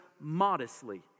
modestly